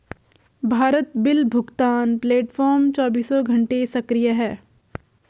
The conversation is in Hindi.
भारत बिल भुगतान प्लेटफॉर्म चौबीसों घंटे सक्रिय है